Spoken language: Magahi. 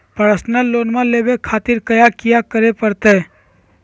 पर्सनल लोन लेवे खातिर कया क्या करे पड़तइ?